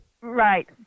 Right